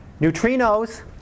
Neutrinos